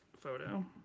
photo